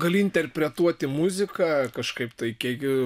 gali interpretuoti muziką kažkaip tai kiek